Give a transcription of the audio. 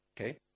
Okay